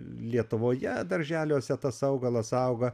lietuvoje darželiuose tas augalas auga